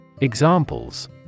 examples